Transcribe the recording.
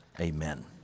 amen